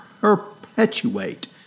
perpetuate